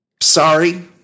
Sorry